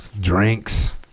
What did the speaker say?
drinks